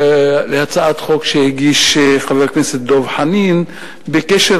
הצעת חוק שהגיש חבר הכנסת דב חנין בקשר